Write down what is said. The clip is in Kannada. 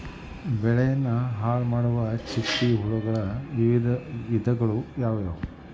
ಬೆಳೆನ ಹಾಳುಮಾಡುವ ಚಿಟ್ಟೆ ಹುಳುಗಳ ವಿಧಗಳು ಯಾವವು?